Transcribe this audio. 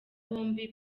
bombi